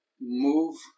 move